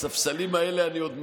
בספסלים האלה אני עוד מסתדר,